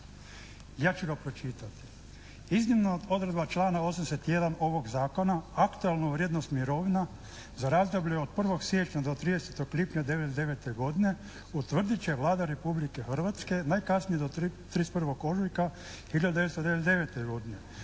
Ja ću ga pročitati: